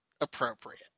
appropriate